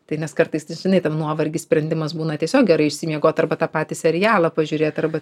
tai nes kartais tu žinai ten nuovargis sprendimas būna tiesiog gerai išsimiegot arba tą patį serialą pažiūrėt arba